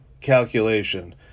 calculation